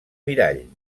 mirall